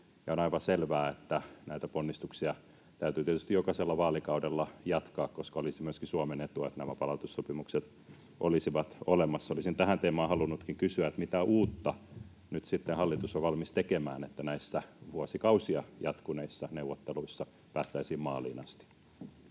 on aivan selvää, että näitä ponnistuksia täytyy tietysti jokaisella vaalikaudella jatkaa, koska olisi myöskin Suomen etu, että nämä palautussopimukset olisivat olemassa. Olisin tähän teemaan halunnutkin kysyä, mitä uutta nyt sitten hallitus on valmis tekemään, että näissä vuosikausia jatkuneissa neuvotteluissa päästäisiin maaliin asti.